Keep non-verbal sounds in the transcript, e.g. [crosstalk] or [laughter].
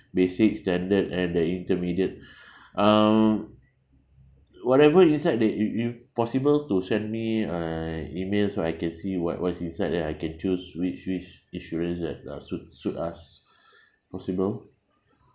basic standard and the intermediate [breath] um whatever inside they you you possible to send me uh email so I can see what what's inside then I can choose which which insurance that uh suit suit us [breath] possible